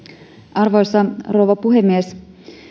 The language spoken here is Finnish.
arvoisa rouva puhemies